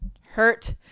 hurt